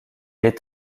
est